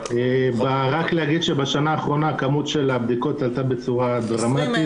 רק להגיד שבשנה האחרונה הכמות של הבדיקות עלתה בצורה דרמטית,